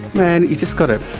man, you've just got to